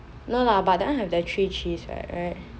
no lah but that one have the three cheese right